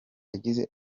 yagize